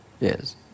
Yes